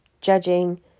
judging